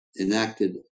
enacted